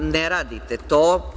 Ne radite to.